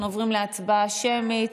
אנחנו עוברים להצבעה שמית.